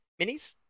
minis